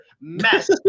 Mess